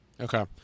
Okay